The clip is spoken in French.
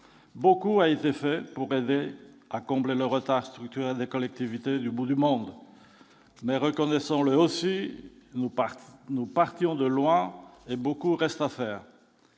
beaucoup a été fait pour aider à combler le retard structurel des collectivités du bout du monde, mais reconnaissons-le aussi parti nous partions de loin et beaucoup reste à faire,